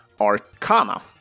Arcana